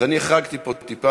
אז אני חרגתי פה טיפה.